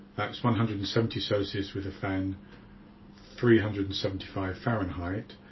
that's one hundred and seventy celsius with a fan three hundred and seventy five fahrenheit.